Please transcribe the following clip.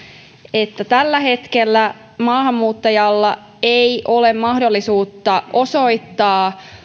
että tällä hetkellä maahanmuuttajalla ei ole mahdollisuutta osoittaa